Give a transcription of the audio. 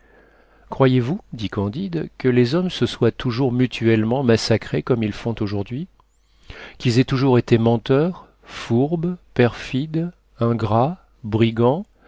croyez-vous dit candide que les hommes se soient toujours mutuellement massacrés comme ils font aujourd'hui qu'ils aient toujours été menteurs fourbes perfides ingrats brigands